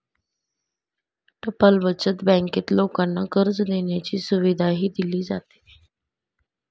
टपाल बचत बँकेत लोकांना कर्ज देण्याची सुविधाही दिली जाते